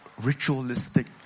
ritualistic